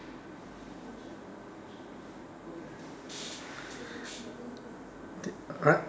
alright